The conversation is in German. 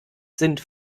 sind